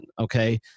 Okay